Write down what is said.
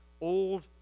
old